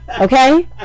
okay